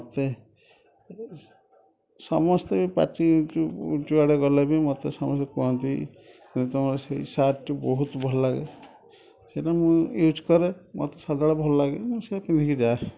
ମୋତେ ସମସ୍ତେ ପାଟି ଯୁଆଡ଼େ ଗଲେବି ମୋତେ ସମସ୍ତେ କୁହନ୍ତି ତୁମରି ସେହି ସାର୍ଟଟି ବହୁତ ଭଲ ଲାଗେ ସେଇଟା ମୁଁ ୟୁଜ୍ କରେ ମୋତେ ସଦାବେଳେ ଭଲଲାଗେ ମୁଁ ସେୟା ପିନ୍ଧିକି ଯାଏ